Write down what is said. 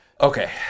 Okay